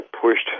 pushed